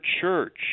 church